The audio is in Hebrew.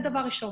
דבר שני,